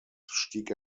stieg